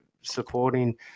supporting